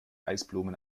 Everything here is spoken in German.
eisblumen